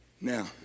Now